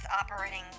operating